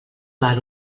val